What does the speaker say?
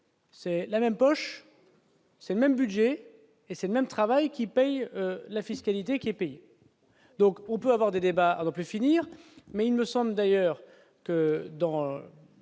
C'est la même poche c'est même budget et c'est même travaille, qui paye la fiscalité qui est payé, donc on peut avoir des débats l'pu finir. Mais il me semble d'ailleurs que dans